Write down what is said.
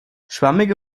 schwammige